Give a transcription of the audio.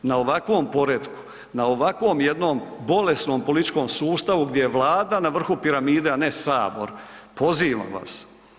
Na ovakvom poretku, na ovakvom jednom bolesnom političkom sustavu gdje je Vlada na vrhu piramide, a ne Sabor, pozivam vas.